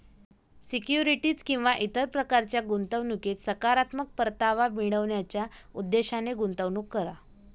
securities किंवा इतर प्रकारच्या गुंतवणुकीत सकारात्मक परतावा मिळवण्याच्या उद्देशाने गुंतवणूक करा